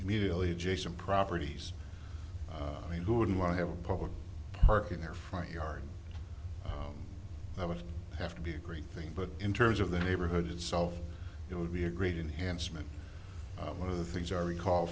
immediately adjacent properties i mean who wouldn't want to have a public park in their front yard that would have to be a great thing but in terms of the neighborhood itself it would be a great enhanced many of the things our recall